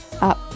up